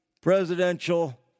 presidential